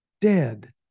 dead